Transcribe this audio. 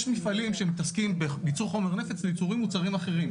יש מפעלים שמתעסקים בייצור חומר נפץ לייצור מוצרים אחרים,